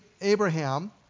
Abraham